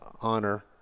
honor